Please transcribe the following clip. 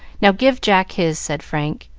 now give jack his, said frank,